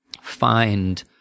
find